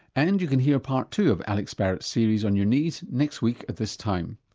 and you can hear part two of alex barratt's series on your knees next week at this time.